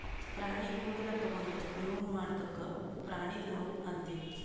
ಪ್ರಾಣಿ ಕೂದಲ ತೊಗೊಂಡು ನೂಲ್ ಮಾಡದ್ಕ್ ಪ್ರಾಣಿದು ನೂಲ್ ಅಂತೀವಿ